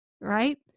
right